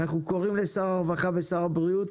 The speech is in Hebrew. אנחנו קוראים לשר הרווחה ושר הבריאות,